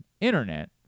internet